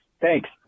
Thanks